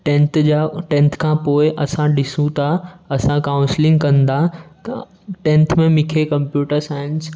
tenth जा tenth खां पोइ असां ॾिसूं था असां काउंसलिंग कंदा त टेंथ में मूंखे कंप्यूटर साइंस